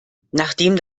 nachdem